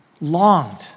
longed